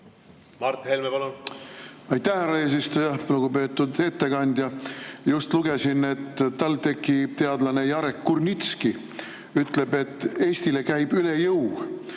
Mart Helme, palun! Aitäh, härra eesistuja! Lugupeetud ettekandja! Just lugesin, et TalTechi teadlane Jarek Kurnitski ütleb, et Eestile käib üle jõu